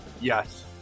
yes